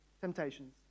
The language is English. temptations